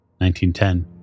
1910